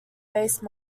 base